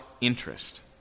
interest